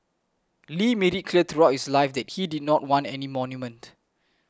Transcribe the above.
Lee made it clear throughout his life he did not want any monument